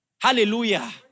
Hallelujah